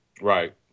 Right